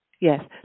Yes